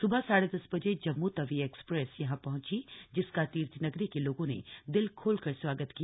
सुबह साढ़े दस बजे जम्मू तवी एक्सप्रेस यहां पहंची जिसका तीर्थनगरी के लोगों ने दिल खोलकर स्वागत किया